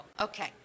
Okay